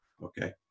Okay